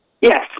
Yes